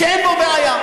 שאין בו בעיה,